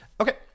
okay